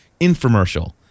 infomercial